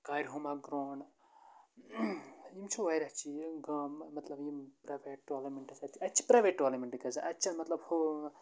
کارِہما ground یِم چھِ واریاہ چیٖز گام مَطلَب یِم پرایویٹ ٹورنمنٹٕس اَتہِ چھِ اَتہِ چھِ پرایویٹ ٹورنمنٹ گَژھان اَتہِ چھِنہٕ مَطلَب ہُہ